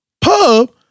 pub